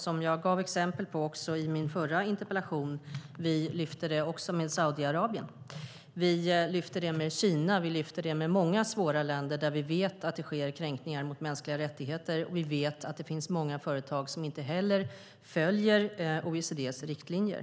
Som jag gav exempel på i den förra interpellationsdebatten lyfter vi fram detta också med Saudiarabien, med Kina och med många svåra länder där vi vet att det sker kränkningar mot mänskliga rättigheter. Vi vet att det finns många företag som inte heller följer OECD:s riktlinjer.